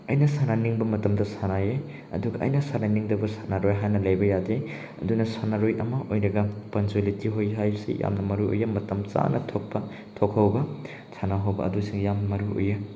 ꯑꯩꯅ ꯁꯅꯥꯅꯤꯡꯕ ꯃꯇꯝꯗ ꯁꯥꯟꯅꯩ ꯑꯗꯨꯒ ꯑꯩꯅ ꯁꯥꯟꯅꯅꯤꯡꯗꯕ ꯁꯥꯟꯅꯔꯣꯏ ꯍꯥꯏꯅ ꯂꯩꯕ ꯌꯥꯗꯦ ꯑꯗꯨꯅ ꯁꯥꯟꯅꯔꯣꯏ ꯑꯃ ꯑꯣꯏꯔꯒ ꯄꯪꯆ꯭ꯋꯦꯂꯤꯇꯤ ꯍꯣꯏ ꯍꯥꯏꯕꯁꯤ ꯌꯥꯝꯅ ꯃꯔꯨꯑꯣꯏ ꯃꯇꯝ ꯆꯥꯅ ꯊꯣꯛꯄ ꯊꯣꯛꯍꯧꯕ ꯁꯥꯟꯅꯍꯧꯕ ꯑꯗꯨꯁꯤꯡ ꯌꯥꯝ ꯃꯔꯨꯑꯣꯏ